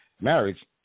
marriage